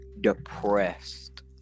depressed